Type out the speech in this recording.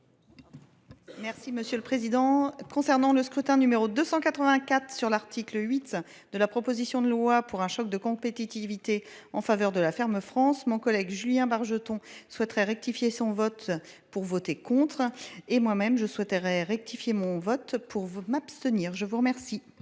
Merci monsieur le président. Concernant le scrutin numéro 284 sur l'article 8 de la proposition de loi pour un choc de compétitivité en faveur de la ferme France mon collègue Julien Bargeton souhaiterait rectifier son vote pour voter contre et moi-même je souhaiterais rectifier mon vote pour vous m'abstenir. Je vous remercie.